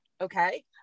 okay